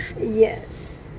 Yes